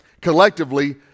collectively